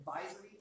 advisory